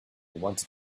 wanted